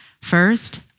First